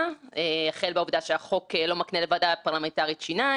צוות חברי הכנסת עשה עבודה יוצאת מן הכלל,